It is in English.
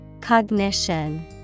cognition